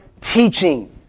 teaching